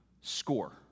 score